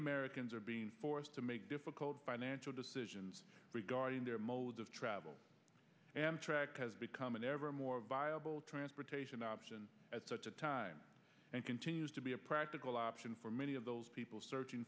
americans are being forced to make difficult financial decisions regarding their mode of travel has become an ever more viable transportation option at such a time and continues to be a practical option for many of those people searching